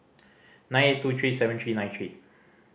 nine eight two three seven three nine three